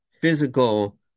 physical